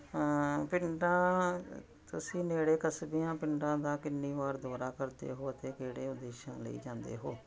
ਪਿੰਡਾਂ ਤੁਸੀਂ ਨੇੜੇ ਕਸਬਿਆਂ ਪਿੰਡਾਂ ਦਾ ਕਿੰਨੀ ਵਾਰ ਦੌਰਾ ਕਰਦੇ ਹੋ ਅਤੇ ਕਿਹੜੇ ਉਦੇਸ਼ਾਂ ਲਈ ਜਾਂਦੇ ਹੋ